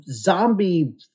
zombie